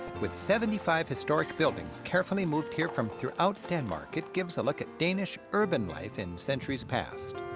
with seventy five historic buildings carefully moved here from throughout denmark, it gives a look at danish urban life in centuries past.